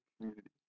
community